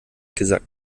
gesagt